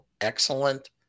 excellent